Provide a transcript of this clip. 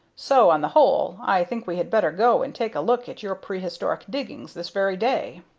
so, on the whole, i think we had better go and take a look at your prehistoric diggings this very day.